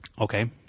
Okay